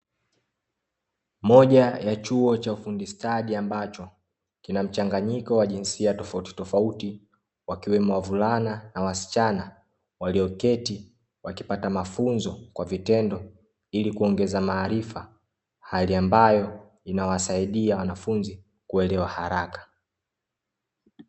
Moja ya chuo cha ufundi stadi ambacho, kina mchanganyiko wa jinsia tofautitofauti wakiwemo wavulana na wasichana, walioketi wakipata mafunzo kwa vitendo ili kuongeza maarifa, hali ambayo inawasaidia wanafunzi kuelewa haraka.